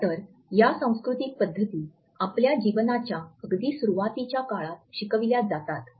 खरं तर या सांस्कृतिक पद्धती आपल्या जीवनाच्या अगदी सुरुवातीच्या काळात शिकविल्या जातात